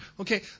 Okay